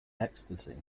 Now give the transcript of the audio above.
ecstasy